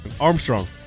Armstrong